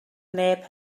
neb